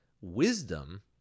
wisdom